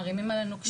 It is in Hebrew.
מערימים עלינו קשיים.